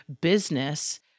business